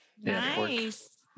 Nice